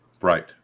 Right